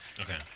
Okay